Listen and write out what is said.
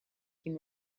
him